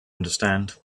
understand